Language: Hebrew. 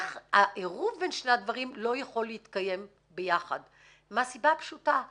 העירוב בין שני הדברים לא יכול להתקיים ביחד מהסיבה הפשוטה,